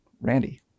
Randy